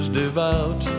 devout